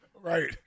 Right